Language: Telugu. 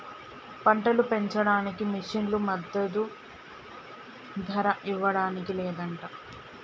పంటలు పెంచడానికి మిషన్లు మద్దదు ధర ఇవ్వడానికి లేదంట